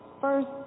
First